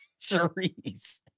Charisse